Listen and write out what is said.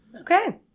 Okay